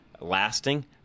lasting